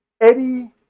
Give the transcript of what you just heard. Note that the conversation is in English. Eddie